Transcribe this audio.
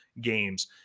games